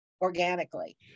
organically